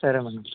సరే మేడం